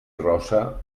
rossa